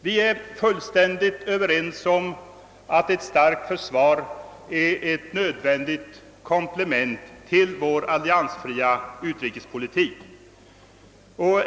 Vi är fullständigt överens om att ett starkt försvar är ett nödvändigt komplement till vår alliansfria utrikespolitik.